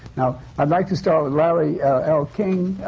now, i'd like to start with larry l. king.